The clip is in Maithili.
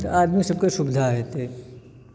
आदमी सबकेँ सुविधा हेतै